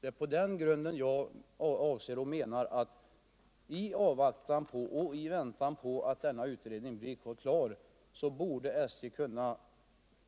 Det är på den grunden jag menar att SJ i avvaktan på att denna utredning blir klar borde kunna